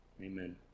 Amen